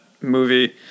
movie